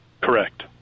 correct